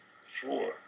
four